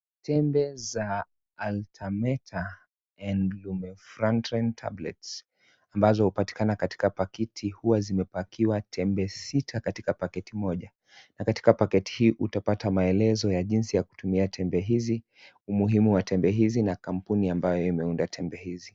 Tembe za Artemether and Lumefantrine Tablets ambazo hupatikana katika pakiti huwa zimepakiwa tembe sita katika paketi moja, na katika paketi hii utapata maelezo ya jinsi ya kutumia tembe hizi, umuhimu wa tembe hizi na kampuni ambayo imeunda tembe hizi.